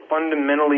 fundamentally